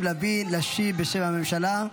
יריב לוין להשיב בשם הממשלה.